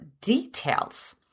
details